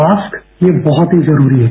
mask ये बहुत ही जरूरी है